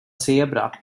zebra